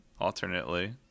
alternately